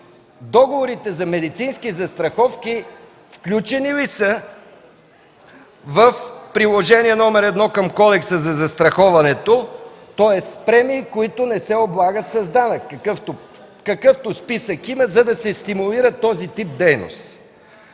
договорите за медицински застраховки включени ли са в Приложение № 1 към Кодекса за застраховането, тоест премии, които не се облагат с данък, какъвто списък има, за да се стимулира този тип дейност?